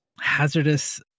hazardous